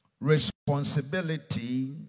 Responsibility